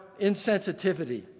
insensitivity